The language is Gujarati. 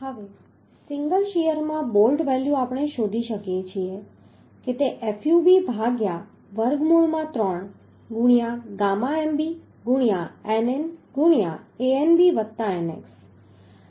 હવે સિંગલ શીયરમાં બોલ્ટ વેલ્યુ આપણે શોધી શકીએ છીએ કે તે fub ભાગ્યા વર્ગમૂળ માં 3 ગુણ્યા ગામા mb ગુણ્યા nn ગુણ્યા anb વત્તા nx